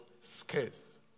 scarce